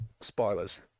Spoilers